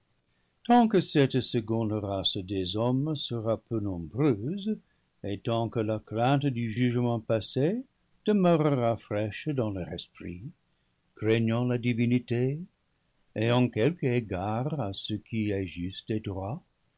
tant que cette seconde race des hommes sera peu nom breuse et tant que la crainte du jugement passé demeurera fraîche dans leur esprit craignant la divinité ayant quelque égard à ce qui est juste et droit